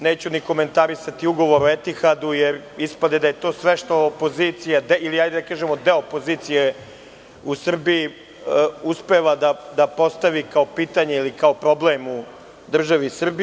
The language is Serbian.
Neću ni komentarisati ugovor o „Etihadu“, jer ispade da je to sve što opozicija ili, hajde da kažemo, deo opozicije u Srbiji uspeva da postavi kao pitanje ili kao problem u državi Srbiji.